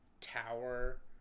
tower